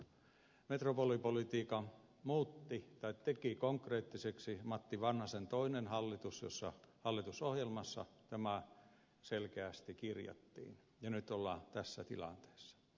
metropolipolitiikan teki konkreettiseksi matti vanhasen toinen hallitus jonka hallitusohjelmassa tämä selkeästi kirjattiin ja nyt ollaan tässä tilanteessa